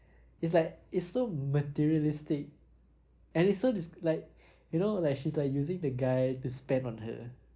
it's like it's so materialistic and it's so disg~ like you know like she's like using the guy to spend on her